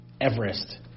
Everest